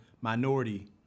minority